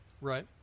Right